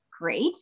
great